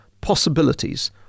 possibilities